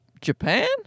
Japan